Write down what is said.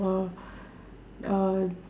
uh